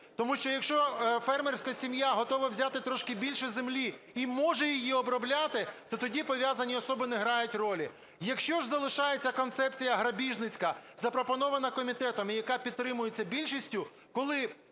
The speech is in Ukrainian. Тому що якщо фермерська сім'я готова взяти трошки більше землі і може її обробляти, то тоді пов'язані особи не грають ролі. Якщо ж залишається концепція грабіжницька, запропонована комітетом і яка підтримується більшістю,